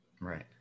Right